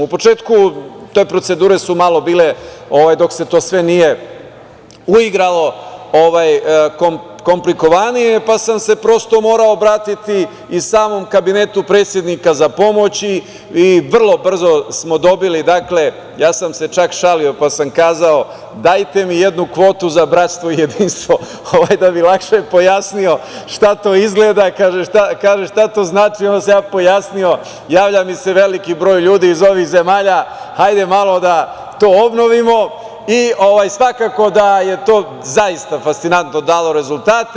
U početku te procedure su malo bile, dok se to sve nije uigralo, komplikovanije, pa sam se prosto morao obratiti samom Kabinetu predsednika za pomoć i vrlo brzo smo dobili, dakle, ja sam se čak šalio pa sam kazao – dajte mi jednu kvotu za bratstvo i jedinstvo, da bi lakše pojasnio šta to znači, onda sam ja pojasnio – javlja mi se veliki broj ljudi iz ovih zemalja, hajde malo da to obnovimo i svakako da je to zaista fascinantno dalo rezultate.